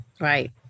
Right